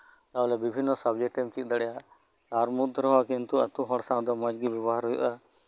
ᱛᱟᱞᱦᱮ ᱵᱤᱵᱷᱤᱱᱱᱚ ᱥᱟᱵᱡᱮᱠᱴᱮᱢ ᱪᱮᱫ ᱫᱟᱲᱮᱭᱟᱜᱼᱟ ᱛᱟᱨ ᱢᱚᱫᱽᱫᱷᱮ ᱨᱮᱦᱚᱸ ᱠᱤᱱᱛᱩ ᱟᱹᱛᱩ ᱦᱚᱲ ᱥᱟᱶ ᱫᱚ ᱢᱚᱸᱡ ᱜᱮ ᱵᱮᱵᱚᱦᱟᱨ ᱦᱩᱭᱩᱜᱼᱟ